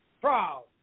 proud